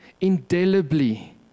indelibly